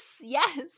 Yes